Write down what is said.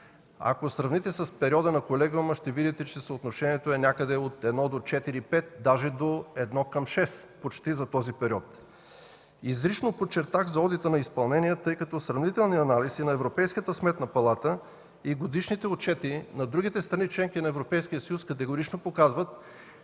Ако сравните с периода на колегиума ще видите, че съотношението е някъде от 1 към 4, 1 към 5, даже почти до 1 към 6, за този период. Изрично подчертах за одита на изпълнение, тъй като сравнителният анализ и на Европейската сметна палата, и годишните отчети на другите страни – членки на Европейския съюз, категорично показват,